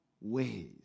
ways